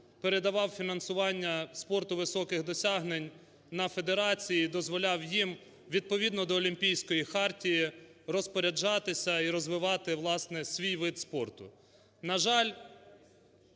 передавав фінансування спорту високих досягнень на федерації і дозволяв їм відповідно до Олімпійської хартії розпоряджатися і розвивати, власне, свій вид спорту.